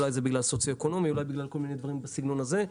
אולי זה בגלל סוציואקונומי אולי בגלל כל מיני דברים בסגנון הזה.